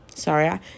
sorry